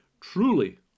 truly